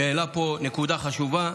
שהעלה פה נקודה חשובה,